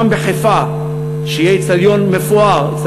שיהיה איצטדיון מפואר,